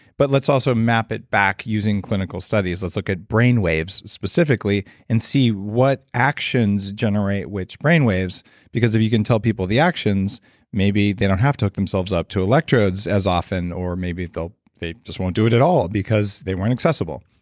but let's also map it back using clinical studies. let's look at brain waves, specifically, and see what actions generate which brain waves because if you can tell people the actions maybe they don't have to hook themselves up to electrodes as often or maybe they just won't do it at all because they weren't accessible.